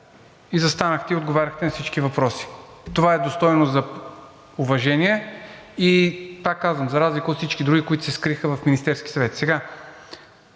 застанахте и отговаряхте на всички въпроси. Това е достойно за уважение и пак казвам, за разлика от всички други, които се скриха в Министерския съвет.